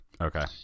Okay